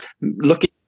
looking